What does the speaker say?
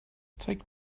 take